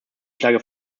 schlage